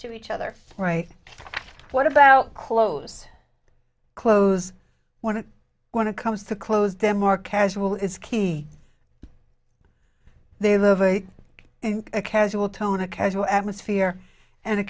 to each other right what about close close when it when it comes to close them are casual is key they live in a casual tone a casual atmosphere and a